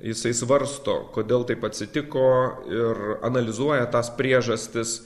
jisai svarsto kodėl taip atsitiko ir analizuoja tas priežastis